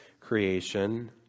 creation